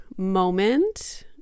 moment